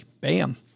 Bam